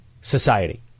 society